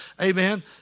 amen